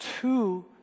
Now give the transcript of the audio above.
two